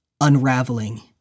unraveling